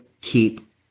keep